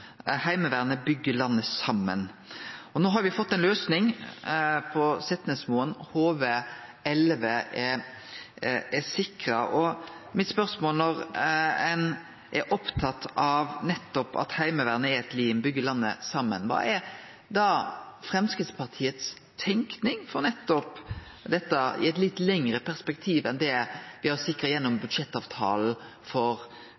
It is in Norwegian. Heimevernet bind landet saman. No har me fått ei løysing på Setnesmoen, HV-11 er sikra, og spørsmålet mitt, når ein er opptatt av nettopp at Heimevernet er eit lim og bind landet saman, er: Kva er da Framstegspartiets tenking rundt nettopp dette i eit litt lengre perspektiv enn det me har sikra gjennom budsjettavtalen for